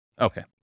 Okay